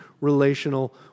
relational